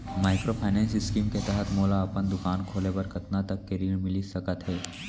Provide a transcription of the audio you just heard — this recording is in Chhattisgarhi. माइक्रोफाइनेंस स्कीम के तहत मोला अपन दुकान खोले बर कतना तक के ऋण मिलिस सकत हे?